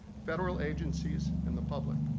federal agencies, and the public.